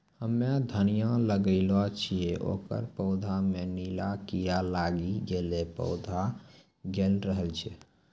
हम्मे धनिया लगैलो छियै ओकर पौधा मे नीला कीड़ा लागी गैलै पौधा गैलरहल छै?